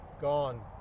Gone